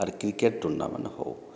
ଆର୍ cricket tournament ହଉ